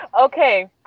Okay